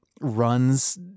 runs